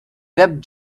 web